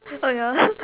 oh no